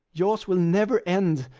yours will never end,